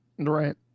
right